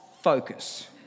focus